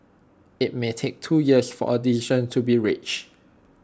IT may take two years for A decision to be reached